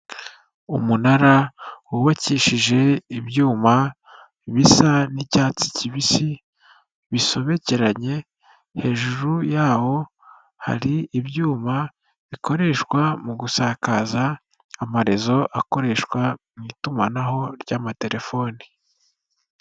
Umunara wubakishije ibyuma bisa n'icyatsi kibisi bisobekeranye, hejuru yaho hari ibyuma bikoreshwa mu gusakaza amarezo akoreshwa mu itumanaho ry'amatelefoni.